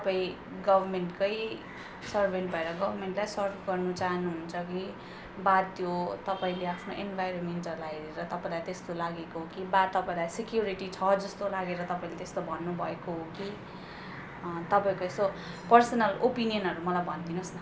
तपाईँ गभर्मेन्टकै सर्भेन्ट भएर गभर्नमेन्टलाई सर्भ गर्न चाहानुहुन्छ कि बा त्यो तपाईँले आफ्नो इन्भारोमेन्टहरूलाई हेरेर तपाईँलाई त्यस्तो लागेको हो कि बा तपाईँलाई सेक्युरिटी छ जस्तो लागेर तपाईँले त्यस्तो भन्नुभएको हो कि तपाईँको यसो पर्सनल ओपिनियनहरू मलाई भनिदिनुहोस् न